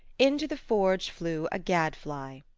in to the forge flew a gadfly.